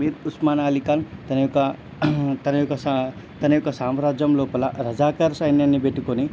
మీర్ ఉస్మాన్ అలీఖాన్ తన యొక్క తన యొక్క సా తన యొక్క సామ్రాజ్యం లోపల రజాకార్ సైన్యాన్ని పెట్టుకొని